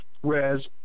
whereas